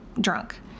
drunk